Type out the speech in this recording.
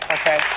Okay